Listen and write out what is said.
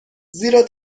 زیرا